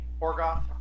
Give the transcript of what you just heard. Orgoth